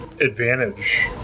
advantage